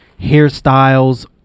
hairstyles